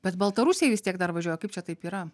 bet baltarusiai vis tiek dar važiuoja kaip čia taip yra